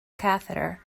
catheter